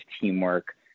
teamwork